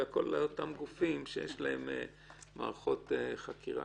אלא כל אותם גופים שיש להם מערכות חקירה.